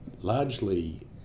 largely